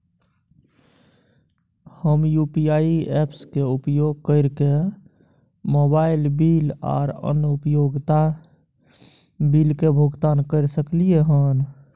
हम UPI apps के उपयोग कैरके मोबाइल बिल आर अन्य उपयोगिता बिल के भुगतान कैर सकलिये हन